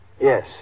Yes